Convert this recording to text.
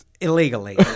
illegally